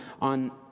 on